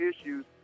issues